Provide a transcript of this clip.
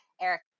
Eric